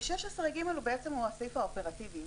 16ג הוא הסעיף האופרטיבי.